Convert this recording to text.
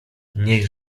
niech